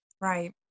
Right